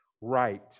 right